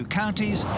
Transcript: counties